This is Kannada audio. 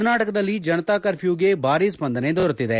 ಕರ್ನಾಟಕದಲ್ಲಿ ಜನತಾ ಕರ್ಫ್ಟೂಗೆ ಭಾರಿ ಸ್ವಂದನೆ ದೊರೆತಿದೆ